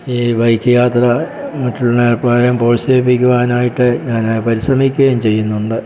ഈ ബൈക്ക് യാത്ര മറ്റുള്ളവരെ എപ്പോഴും പ്രോത്സാഹിപ്പിക്കുവാനായിട്ട് ഞാൻ പരിശ്രമിക്കുകയും ചെയ്യുന്നുണ്ട്